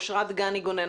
אושרת גני גונן,